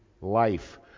life